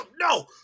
no